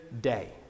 day